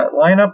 lineup